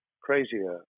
crazier